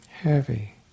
heavy